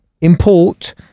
import